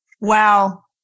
Wow